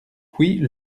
puis